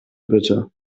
bitte